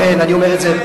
ולכן אני אומר את זה,